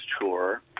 tour